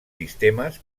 sistemes